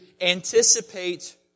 anticipate